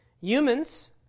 Humans